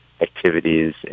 activities